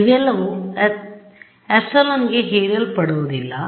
ಇವೆಲ್ಲವೂ ε ಗೆ ಹೀರಲ್ಪಡುವುದಿಲ್ಲ